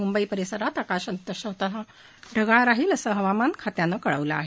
मुंबई परिसरात आकाश अंशतः ढगाळ राहील असं हवामान खात्यानं कळवलं आहे